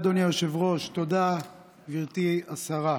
תודה, אדוני היושב-ראש, תודה, גברתי השרה.